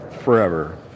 forever